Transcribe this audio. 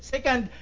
Second